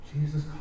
Jesus